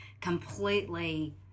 completely